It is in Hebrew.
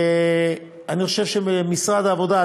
אני חושב שמשרד העבודה,